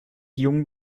jung